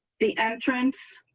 the entrance